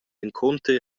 encunter